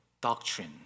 doctrine